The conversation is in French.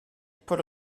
paul